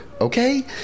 Okay